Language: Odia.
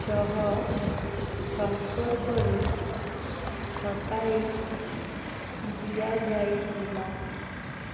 ସହ ସମ୍ପର୍କରୁ ହଟାଇ ଦିଆଯାଇଥିଲା